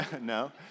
No